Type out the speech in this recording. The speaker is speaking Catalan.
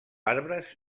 arbres